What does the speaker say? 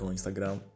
Instagram